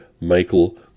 Michael